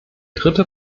dritte